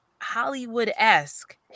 Hollywood-esque